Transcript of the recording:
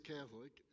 Catholic